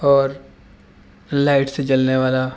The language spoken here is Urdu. اور لائٹ سے جلنے والا